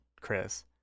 Chris